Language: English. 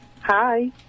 Hi